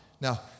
Now